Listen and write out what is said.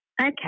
Okay